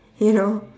you know